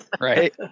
right